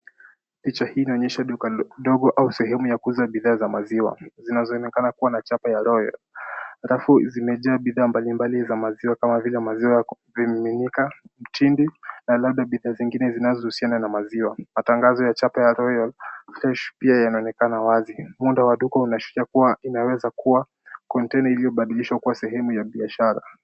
Picha hii inaonyesha duka dogo au sehemu ya kuuza bidhaa za maziwa zinazoonekana kuwa na chapa ya Royal . Rafu zimejaa bidhaa mbalimbali za maziwa kama vile maziwa ya kumiminika, mtindi na labda bidhaa zingine zinazohusiana na maziwa. Matangazo ya chapa ya Royal pia yanaonekana wazi. Muundo wa duka unaashiria kuwa inaweza kuwa kontena iliyobadilishwa kuwa sehemu ya biashara.